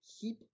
keep